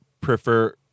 prefer